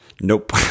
Nope